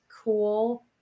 cool